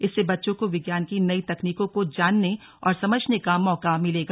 इससे बच्चों को विज्ञान की नई तकनीको को जानने और समझने का मौका मिलेगा